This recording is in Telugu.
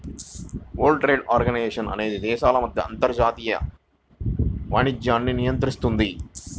వరల్డ్ ట్రేడ్ ఆర్గనైజేషన్ అనేది దేశాల మధ్య అంతర్జాతీయ వాణిజ్యాన్ని నియంత్రిస్తుంది